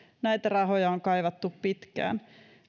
näitä rahoja on kaivattu pitkään